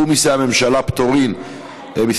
אני